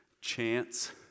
Chance